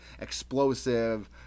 explosive